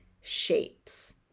shapes